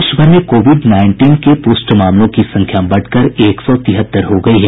देश भर में कोविड नाईटिन के पुष्ट मामलों की संख्या बढ़कर एक सौ तिहत्तर हो गयी है